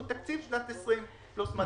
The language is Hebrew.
הוא תקציב שנת 2020 פלוס מדד.